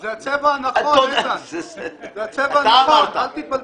זה הצבע הנכון, איתן, אל תתבלבל.